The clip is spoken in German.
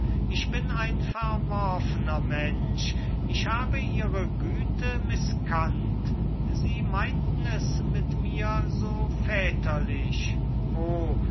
ich bin ein verworfener mensch ich habe ihre güte mißkannt sie meinten es mit mir so väterlich o